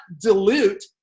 dilute